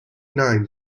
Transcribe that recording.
nine